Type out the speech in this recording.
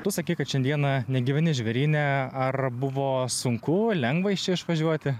tu sakei kad šiandieną negyveni žvėryne ar buvo sunku lengva iš čia išvažiuoti